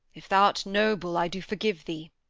if thou'rt noble, i do forgive thee.